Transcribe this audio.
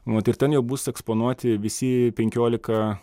nu vat ir ten jau bus eksponuoti visi penkiolika